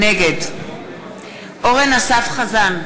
נגד אורן אסף חזן,